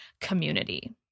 community